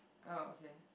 oh okay